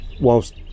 whilst